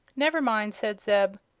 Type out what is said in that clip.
never mind, said zeb,